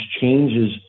changes